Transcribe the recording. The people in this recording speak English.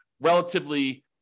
relatively